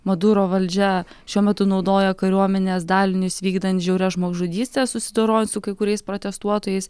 maduro valdžia šiuo metu naudoja kariuomenės dalinius vykdant žiaurias žmogžudystes susidorojant su kai kuriais protestuotojais